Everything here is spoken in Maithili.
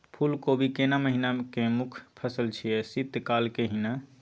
फुल कोबी केना महिना के मुखय फसल छियै शीत काल के ही न?